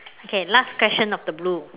okay last question of the blue